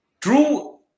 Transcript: True